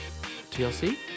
TLC